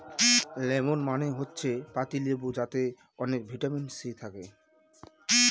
lemon মানে হচ্ছে পাতি লেবু যাতে অনেক ভিটামিন সি থাকে